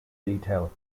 detail